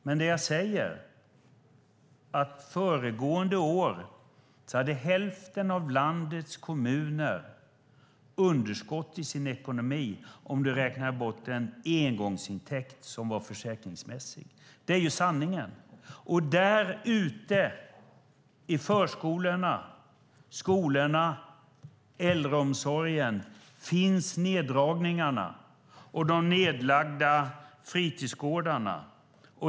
Men det jag säger är att föregående år hade hälften av landets kommuner underskott i sin ekonomi, om man räknar bort en engångsintäkt som var försäkringsmässig. Det är sanningen. Därute i förskolorna, skolorna och äldreomsorgen finns neddragningarna. Därute finns de nedlagda fritidsgårdarna.